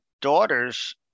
daughter's